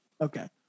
Okay